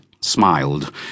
smiled